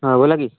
हां बोला की